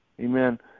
Amen